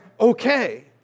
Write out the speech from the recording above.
okay